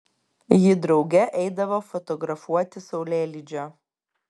jie drauge eidavo fotografuoti saulėlydžio